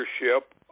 leadership